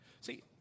See